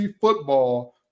football